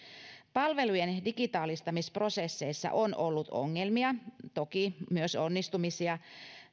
palvelujen digitaalistamisprosesseissa on ollut ongelmia toki myös onnistumisia